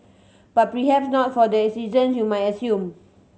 but perhap not for the season you might assume